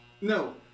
No